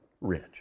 rich